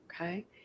Okay